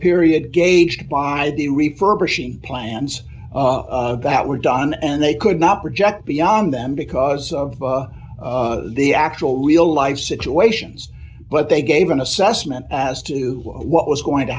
period gauged by the refurbishing plans that were done and they could not project beyond them because of the actual real life situations but they gave an assessment as to what was going to